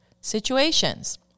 situations